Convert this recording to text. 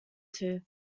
tooth